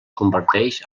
converteix